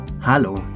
Hallo